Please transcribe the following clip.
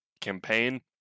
campaign